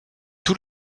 tout